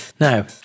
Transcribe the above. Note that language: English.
Now